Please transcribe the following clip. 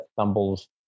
stumbles